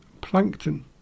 plankton